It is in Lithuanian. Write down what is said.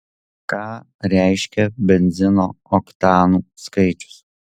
ką reiškia benzino oktanų skaičius